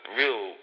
real